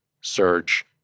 search